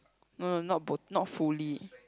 no no not bot~ not fully